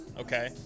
okay